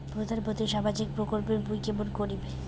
প্রধান মন্ত্রীর সামাজিক প্রকল্প মুই কেমন করিম?